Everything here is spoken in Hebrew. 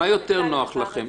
מה יותר נוח לכם,